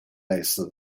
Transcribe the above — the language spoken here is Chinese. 类似